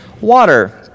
water